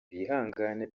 bihangane